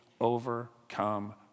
overcome